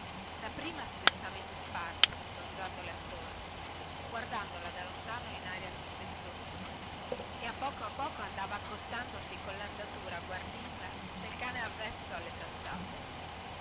da prima se ne stava in disparte ronzandole attorno guardandola da lontano in aria sospettosa e a poco a poco andava accostandosi collandatura guardinga del cane avvezzo alle sassate